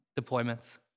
deployments